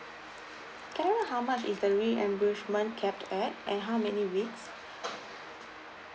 can I know how much is the reimbursement cap at and how many weeks